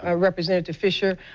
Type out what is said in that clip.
ah representative fisher.